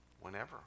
Whenever